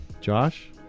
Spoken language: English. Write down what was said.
Josh